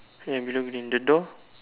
where below the door